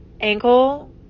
ankle